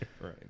Right